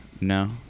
no